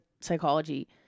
psychology